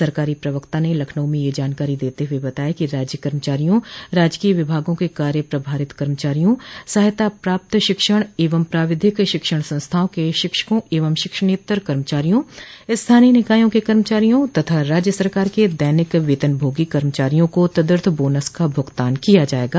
सरकारी प्रवक्ता ने लखनऊ में यह जानकारी देते हुए बताया कि राज्य कर्मचारियों राजकीय विभागों के कार्य प्रभारित कर्मचारियों सहायता प्राप्त शिक्षण एवं प्राविधिक शिक्षण संस्थाओं के शिक्षकों एवं शिक्षणैत्तर कर्मचारियों स्थानीय निकायों के कर्मचारियों तथा राज्य सरकार के दैनिक वेतन भोगी कर्मचारियों को तदर्थ बोनस का भुगतान किया जायेगा